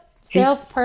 self